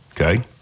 Okay